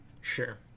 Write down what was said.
Sure